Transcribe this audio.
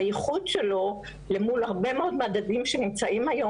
והייחוד שלו למול הרבה מאוד מדדים שנמצאים היום